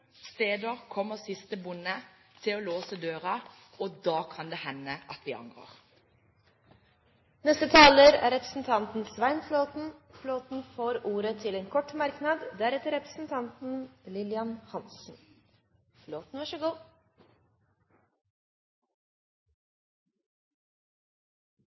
steder kommer siste bonde til å låse døren, og da kan det hende at vi angrer. Representanten Svein Flåtten har hatt ordet to ganger og får ordet til en kort merknad, begrenset til 1 minutt. Først til representanten